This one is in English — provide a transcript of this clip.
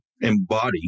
embody